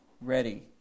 ready